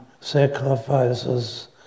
sacrifices